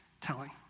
telling